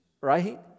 right